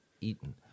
eaten